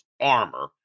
armor